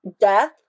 death